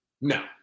No